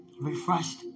Refreshed